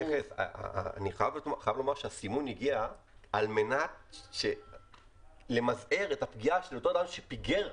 אני חייב לומר שהסימון הגיע על מנת למזער את הפגיעה של אותו אדם שפיגר.